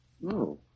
No